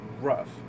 rough